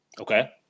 Okay